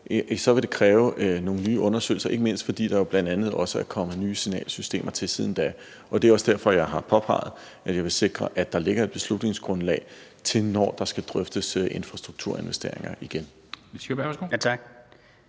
vil det kræve nogle nye undersøgelser, ikke mindst fordi der jo bl.a. også er kommet nye signalsystemer til siden da. Og det er også derfor, jeg har påpeget, at jeg vil sikre, at der ligger et beslutningsgrundlag, når der skal drøftes infrastrukturinvesteringer igen.